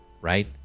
right